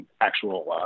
actual